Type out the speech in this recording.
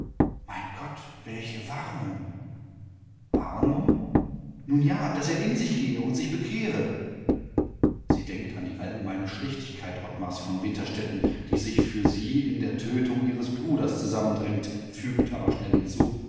mein gott welche warnung warnung nun ja daß er in sich gehe und sich bekehre sie denkt an die allgemeine schlechtigkeit ottmars von winterstetten die sich für sie in der tötung ihres bruders zusammendrängt fügt aber schnell hinzu